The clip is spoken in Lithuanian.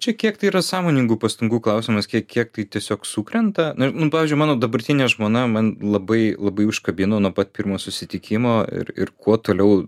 čia kiek tai yra sąmoningų pastangų klausimas kiek kiek tai tiesiog sukrenta na ir pavyzdžiui mano dabartinė žmona man labai labai užkabino nuo pat pirmo susitikimo ir ir kuo toliau